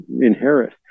inherit